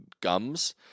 gums